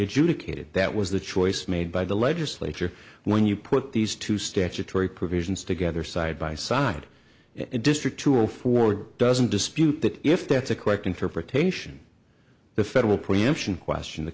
adjudicated that was the choice made by the legislature when you put these two statutory provisions together side by side in district tool for doesn't dispute that if that's a correct interpretation the federal preemption question the